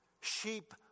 Sheep